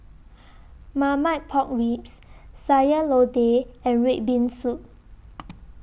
Marmite Pork Ribs Sayur Lodeh and Red Bean Soup